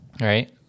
right